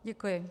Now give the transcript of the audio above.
Děkuji.